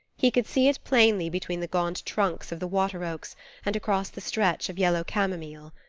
he could see it plainly between the gaunt trunks of the water-oaks and across the stretch of yellow camomile.